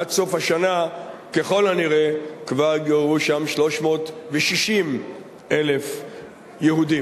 עד סוף השנה ככל הנראה כבר יתגוררו שם 360,000 יהודים.